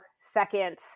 second